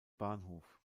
bahnhof